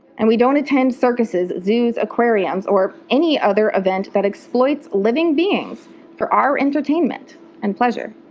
and we don't attend circuses, zoos, aquariums, or any other event that exploits living beings for our entertainment and pleasure.